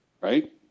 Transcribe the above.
right